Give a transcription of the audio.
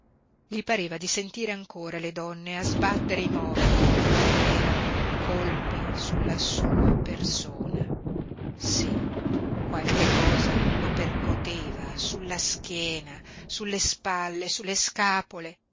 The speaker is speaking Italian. gli pareva di sentire ancora le donne a sbattere i mobili ma erano colpi sulla sua persona sí qualche cosa lo percoteva sulla schiena sulle spalle sulle scapole